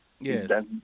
Yes